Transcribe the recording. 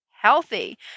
healthy